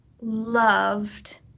loved